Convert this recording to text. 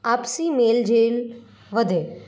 આપસી મેળ ઝેલ વધે